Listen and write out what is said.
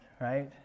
right